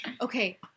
okay